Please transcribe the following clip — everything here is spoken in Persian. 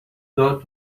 داد